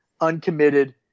uncommitted